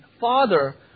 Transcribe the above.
Father